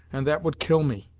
and that would kill me!